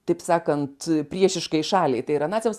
taip sakant priešiškai šaliai tai yra naciams